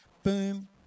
Boom